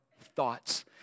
thoughts